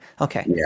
Okay